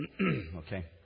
Okay